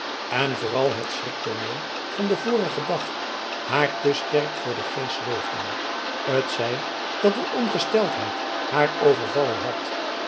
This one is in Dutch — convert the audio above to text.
en vooral het schriktooneel van den vorigen dag haar te sterk voor den geest zweefden t zij dat een ongesteldheid haar overvallen had